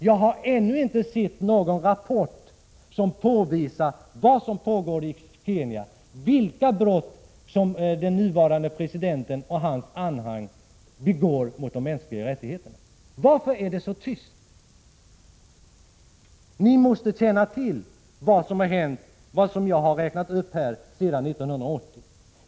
Jag har ännu inte sett någon rapport från den om vad som pågår i Kenya, vilka brott som den nuvarande presidenten och hans anhang begår mot de mänskliga rättigheterna. Varför är det så tyst? Ni måste ju känna till de händelser sedan 1980 som jag har räknat upp.